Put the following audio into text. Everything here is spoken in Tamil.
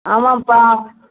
ஆமாம்பா